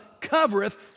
covereth